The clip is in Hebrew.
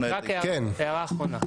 הערה אחרונה.